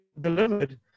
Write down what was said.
delivered